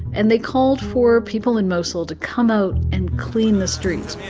and they called for people in mosul to come out and clean the streets